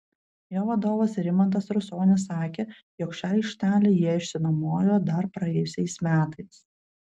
jo vadovas rimantas rusonis sakė jog šią aikštelę jie išsinuomojo dar praėjusiais metais